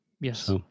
Yes